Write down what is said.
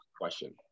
question